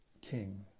king